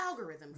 algorithms